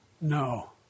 No